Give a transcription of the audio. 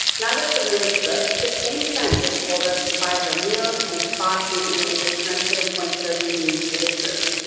now that the room is booked the same friend has told us to buy her meals and a spa treatment in return for the points that are being used for this room.